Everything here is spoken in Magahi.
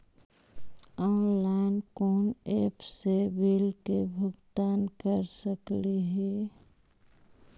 ऑनलाइन कोन एप से बिल के भुगतान कर सकली ही?